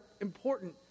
important